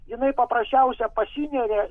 jinai paprasčiausia pasineria